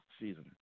season